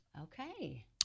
Okay